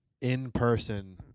in-person